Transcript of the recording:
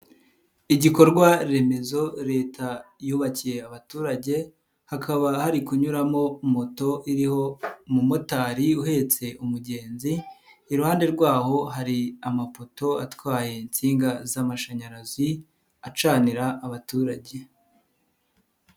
Igikorwa remezo Leta yubakiye abaturage, hakaba hari kunyuramo moto iriho umumotari uhetse umugenzi, iruhande rwaho hari amapoto atwaye insinga z'amashanyarazi, acanira abaturage.